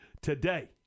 today